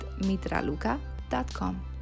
mitraluka.com